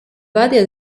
varie